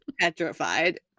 petrified